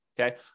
Okay